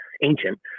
ancient